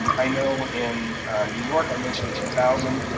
um i know in new york, i mentioned two thousand.